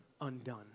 undone